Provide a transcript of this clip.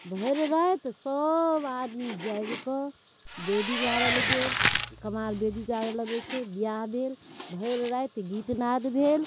भरि राति सब आदमी जागिकऽ वेदी गारल गेल ओकरबाद वेदी गारऽ लगै छै बिआह भेल भरि राति गीतनाद भेल